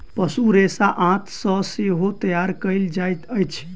पशु रेशा आंत सॅ सेहो तैयार कयल जाइत अछि